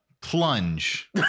plunge